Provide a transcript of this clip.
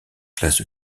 classe